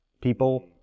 people